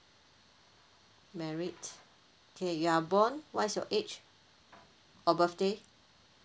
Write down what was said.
married K you are born what's your age or birthday